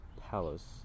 Palace